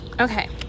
Okay